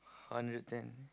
hundred ten